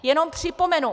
Jenom připomenu.